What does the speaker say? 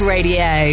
Radio